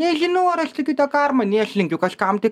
nežinau ar aš tikiu į tą karmą nei aš linkiu kažkam tai